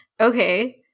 Okay